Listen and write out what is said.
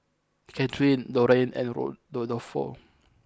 Kathryne Lorrayne and road Rodolfo